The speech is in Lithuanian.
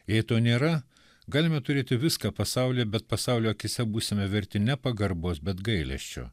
jei to nėra galime turėti viską pasaulyje bet pasaulio akyse būsime verti ne pagarbos bet gailesčio